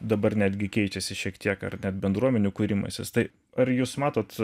dabar netgi keičiasi šiek tiek ar net bendruomenių kūrimasis tai ar jūs matot